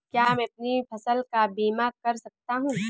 क्या मैं अपनी फसल का बीमा कर सकता हूँ?